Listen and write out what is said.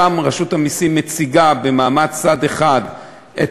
ושם רשות המסים מציגה במעמד צד אחד את